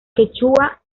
quechua